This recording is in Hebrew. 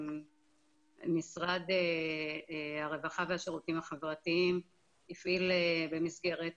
משרד הרווחה והשירותים החברתיים הפעיל במסגרת